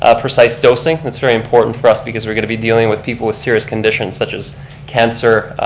ah precise dosing. that's very important for us because we're going to be dealing with people with serious conditions such as cancer,